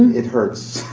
it hurts.